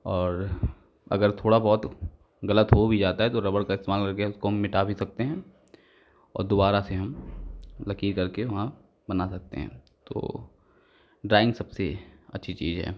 और अगर थोड़ा बहुत गलत हो भी जाता है तो रबड़ का इस्तेमाल करके उसको हम मिटा भी सकते हैं और दुबारा से हम मतलब ठीक करके हम बना भी सकते हैं तो ड्राइंग सबसे अच्छी चीज़ है